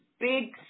big